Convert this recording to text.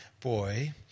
boy